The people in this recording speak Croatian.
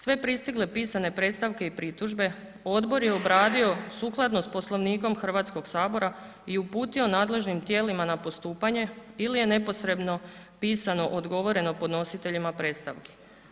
Sve pristigle pisane predstavke i pritužbe odbor je obradio sukladno s Poslovnikom Hrvatskog sabora i uputio nadležnim tijelima na postupanje ili je neposredno pisano odgovoreno podnositeljima predstavki.